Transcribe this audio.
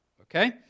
Okay